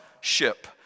ship